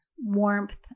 warmth